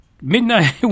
midnight